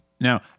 Now